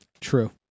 True